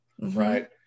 Right